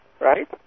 right